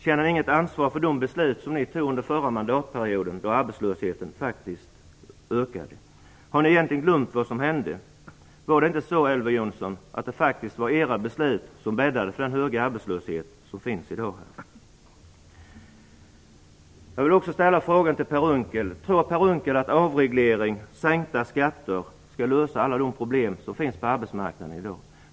Känner ni inget ansvar för de beslut som ni fattade under den förra mandatperioden, då arbetslösheten ökade? Har ni glömt vad som hände? Var det inte era beslut, Elver Jonsson, som bäddade för den höga arbetslöshet som i dag finns? Jag vill också ställa en fråga till Per Unckel. Tror Per Unckel att avreglering och sänkta skatter skall lösa de problem som i dag finns på arbetsmarknaden?